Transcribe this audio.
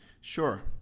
Sure